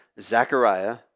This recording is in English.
Zechariah